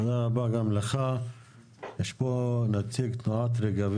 יש חוק במדינת ישראל,